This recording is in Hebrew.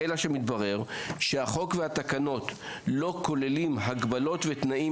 אלא שמתברר שהחוק והתקנות לא כוללים הגבלות ותנאים